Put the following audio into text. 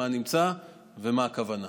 מה נמצא ומה הכוונה.